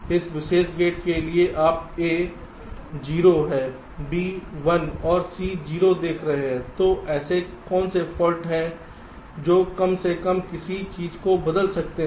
तो इस विशेष गेट के लिए आप a 0 है b 1 और c 0 देख रहे हैं तो ऐसे कौन से फाल्ट हैं जो कम से कम किसी चीज़ को बदल सकते हैं